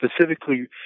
specifically